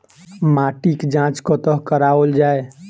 माटिक जाँच कतह कराओल जाए?